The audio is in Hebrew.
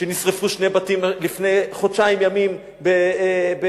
שנשרפו שני בתים לפני חודשיים ימים בחוות-גלעד,